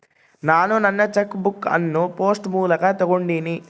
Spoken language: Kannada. ನಾನು ನನ್ನ ಚೆಕ್ ಬುಕ್ ಅನ್ನು ಪೋಸ್ಟ್ ಮೂಲಕ ತೊಗೊಂಡಿನಿ